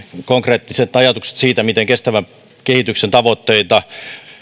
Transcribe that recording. konkreettiset ajatukset siitä miten kestävän kehityksen tavoitteita